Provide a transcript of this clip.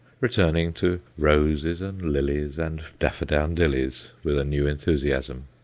returning to roses and lilies and daffodowndillies with a new enthusiasm.